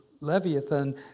Leviathan